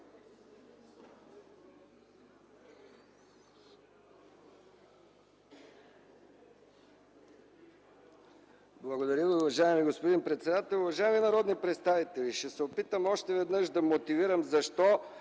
Благодаря на уважаемия господин председател. Уважаеми народни представители, ще се опитам още веднъж да мотивирам защо